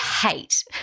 hate